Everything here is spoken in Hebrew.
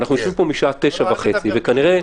אנחנו יושבים פה משעה תשע וחצי וכנראה